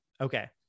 okay